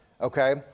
okay